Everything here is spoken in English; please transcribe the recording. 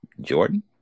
Jordan